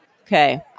Okay